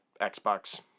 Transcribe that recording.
Xbox